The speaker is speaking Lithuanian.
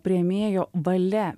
priėmėjo valia